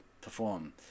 perform